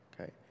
okay